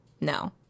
No